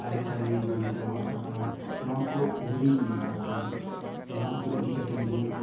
ᱟᱹᱨᱤᱪᱟᱹᱞᱤ ᱵᱟᱝᱠᱤ ᱟᱵᱚᱣᱟᱜ ᱠᱟᱛᱷᱟ ᱱᱚᱣᱟ ᱠᱚ ᱦᱤᱲᱤᱧ ᱤᱫᱤᱭᱮᱫ ᱟᱠᱚ ᱱᱚᱣᱟ ᱠᱚ ᱤᱫᱤ ᱠᱟᱛᱮᱫ ᱜᱮ